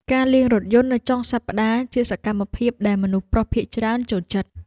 ការលាងរថយន្តនៅចុងសប្តាហ៍ ជាសកម្មភាពដែលមនុស្សប្រុសភាគច្រើនចូលចិត្ត។